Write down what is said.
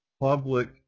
public